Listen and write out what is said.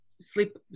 sleep